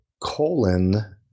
colon –